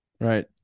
Right